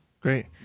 Great